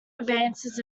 advances